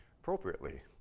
appropriately